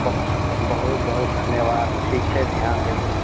बहु बहुत बहुत धन्यवाद ठीक छै ध्यान देबय